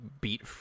beat